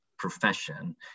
profession